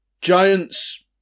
Giants